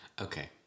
Okay